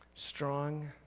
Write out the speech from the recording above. Strong